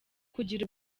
kugira